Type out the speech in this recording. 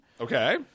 Okay